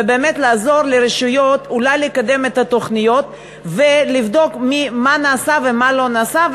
ולעזור לרשויות אולי לקדם את התוכניות ולבדוק מה נעשה ומה לא נעשה,